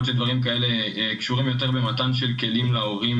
להיות שהדברים הללו קשורים יותר במתן של כלים להורים